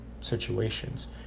situations